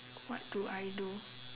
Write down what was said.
what do I do